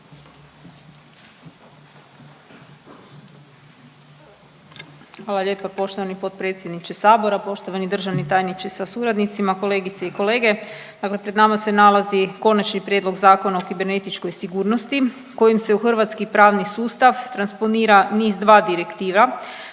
Hvala lijepa poštovani potpredsjedniče sabora. Poštovani državni tajniče sa suradnicima, kolegice i kolege, dakle pred nama se nalazi Konačni prijedlog Zakona o kibernetičkoj sigurnosti kojim se u hrvatski pravni sustav transponira NIS2 Direktiva